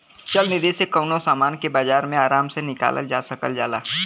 चल निधी से कउनो समान के बाजार मे आराम से निकालल जा सकल जाला